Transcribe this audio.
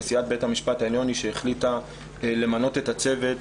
נשיאת בית המשפט העליון היא שהחליטה למנות את הצוות,